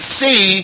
see